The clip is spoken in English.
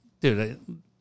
dude